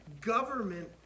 government